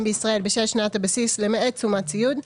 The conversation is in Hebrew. בישראל בשל שנת הבסיס למעט תשומות ציוד,